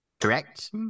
correct